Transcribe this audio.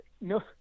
no